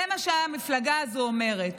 זה מה שהמפלגה הזו אומרת